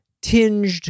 tinged